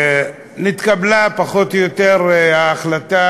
נתקבלה פחות או יותר ההחלטה,